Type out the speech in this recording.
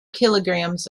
kilograms